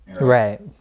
right